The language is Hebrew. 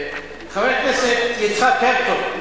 חבר הכנסת יצחק הרצוג,